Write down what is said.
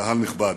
קהל נכבד.